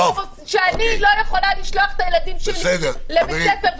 כשאני לא יכולה לשלוח את הילדים שלי לבית ספר,